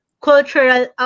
cultural